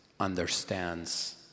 understands